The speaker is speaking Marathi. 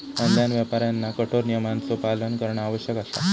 ऑनलाइन व्यापाऱ्यांना कठोर नियमांचो पालन करणा आवश्यक असा